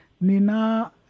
Nina